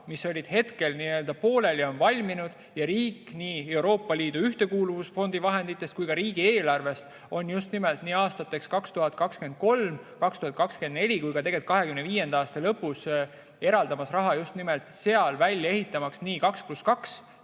mis olid pooleli, on valminud ja riik nii Euroopa Liidu Ühtekuuluvusfondi vahenditest kui ka riigieelarvest on just nimelt nii aastateks 2023 ja 2024 kui ka 2025. aasta lõpus eraldamas raha just nimelt sinna, välja ehitamaks nii 2 + 2